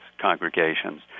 congregations